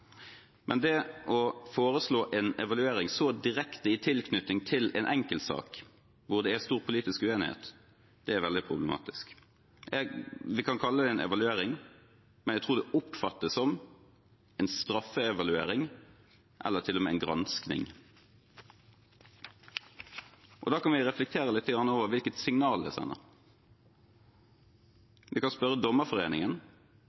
Men det å foreslå en evaluering så direkte i tilknytning til en enkeltsak hvor det er stor politisk uenighet, er veldig problematisk. Vi kan kalle det en evaluering, men jeg tror det oppfattes som en straffeevaluering, eller til og med en granskning. Da kan vi reflektere litt over hvilket signal det